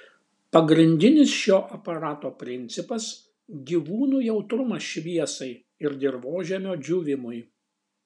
pagrindinis šio aparato principas gyvūnų jautrumas šviesai ir dirvožemio džiūvimui